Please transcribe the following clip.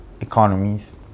economies